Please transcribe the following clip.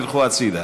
תלכו הצדה.